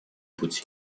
пути